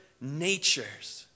natures